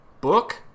book